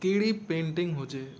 कहिड़ी बि पेंटिंग हुजे